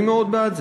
אני מאוד בעד זה.